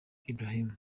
ibrahim